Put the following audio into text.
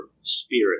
spirit